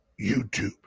YouTube